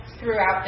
throughout